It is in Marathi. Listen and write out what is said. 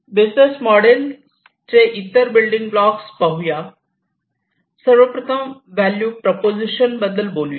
बिझनेस मोडेल चे इतर बिल्डिंग बॉक्स पाहूया सर्वप्रथम व्हॅल्यू प्रोपोझिशन बद्दल बोलूया